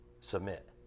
Submit